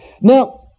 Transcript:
Now